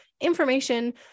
information